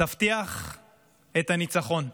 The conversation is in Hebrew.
תבטיח את הניצחון.